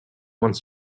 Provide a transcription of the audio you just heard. wants